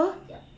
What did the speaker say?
yup